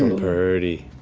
purty.